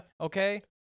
okay